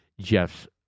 Jeff's